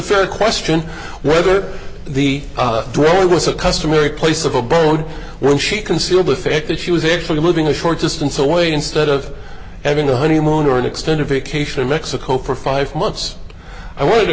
fair question whether the drawer was a customary place of abode when she concealed the fact that she was actually living a short distance away instead of having a honeymoon or an extended vacation in mexico for five months i wanted a